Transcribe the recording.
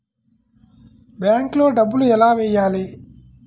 బ్యాంక్లో డబ్బులు ఎలా వెయ్యాలి?